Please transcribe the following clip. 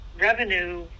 revenue